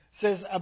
Says